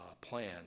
plan